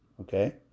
Okay